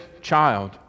child